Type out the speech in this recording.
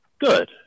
good